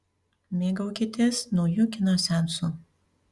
mėgaukitės nauju kino seansu